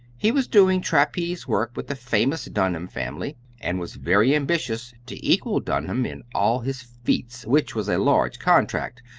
he was doing trapeze work with the famous dunham family, and was very ambitious to equal dunham in all his feats, which was a large contract,